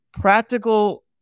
practical